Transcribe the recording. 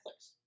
Netflix